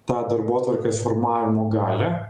tą darbotvarkės formavimo galią